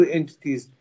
entities